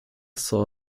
saw